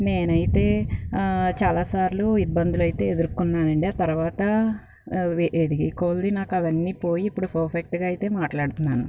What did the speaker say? నేనయితే చాలాసార్లు ఇబ్బందులు అయితే ఎదుర్కొన్నానండి ఆ తర్వాత ఎదిగి కొద్దిగా నాకు అవన్నీ పోయి ఇప్పుడు పర్ఫెక్ట్గా అయితే మాట్లాడుతున్నాను